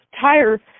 tire